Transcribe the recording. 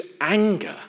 anger